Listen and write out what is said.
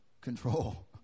control